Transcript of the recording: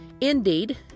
indeed